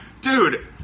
dude